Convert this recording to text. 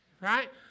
right